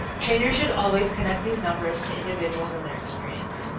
trainers should always connect these numbers to individuals and their experience.